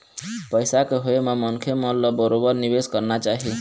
पइसा के होय म मनखे मन ल बरोबर निवेश करना चाही